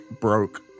broke